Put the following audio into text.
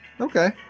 Okay